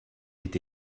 est